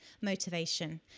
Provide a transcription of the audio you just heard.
motivation